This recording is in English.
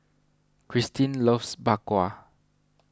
Christine loves Bak Kwa